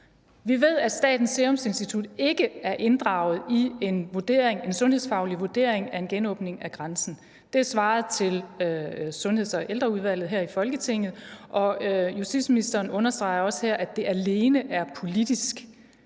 Vi ved, at Statens Serum Institut ikke er inddraget i en vurdering, en sundhedsfaglig vurdering af en genåbning af grænsen. Det er svaret til Sundheds- og Ældreudvalget her i Folketinget, og justitsministeren understreger også her, at det alene er politisk.